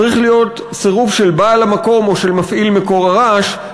צריך להיות סירוב של בעל המקום או של מפעיל מקור הרעש,